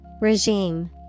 Regime